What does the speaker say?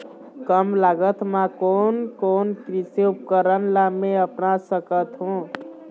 कम लागत मा कोन कोन कृषि उपकरण ला मैं अपना सकथो?